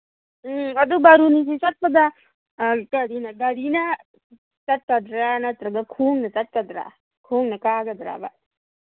ꯎꯝ ꯑꯗꯨ ꯕꯥꯔꯨꯅꯤꯁꯤ ꯆꯠꯄꯗ ꯒꯥꯔꯤꯅ ꯆꯠꯀꯗ꯭ꯔꯥ ꯅꯠꯇ꯭ꯔꯒ ꯈꯣꯡꯅ ꯆꯠꯀꯗ꯭ꯔꯥ ꯈꯣꯡꯅ ꯀꯥꯒꯗ꯭ꯔꯥ